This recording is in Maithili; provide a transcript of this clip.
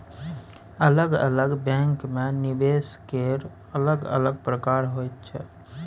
अलग अलग बैंकमे निवेश केर अलग अलग प्रकार होइत छै